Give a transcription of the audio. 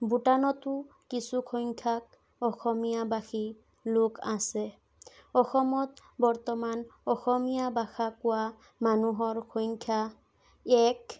ভূটানতো কিছুসংখ্যাক অসমীয়া ভাষী লোক আছে অসমত বৰ্তমান অসমীয়া ভাষা কোৱা মানুহৰ সংখ্যা এক